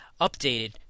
updated